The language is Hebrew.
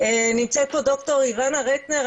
נמצא פה ד"ר איבנה רטנר,